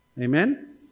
Amen